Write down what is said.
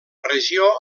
regió